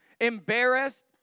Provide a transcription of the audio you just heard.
embarrassed